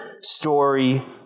story